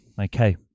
okay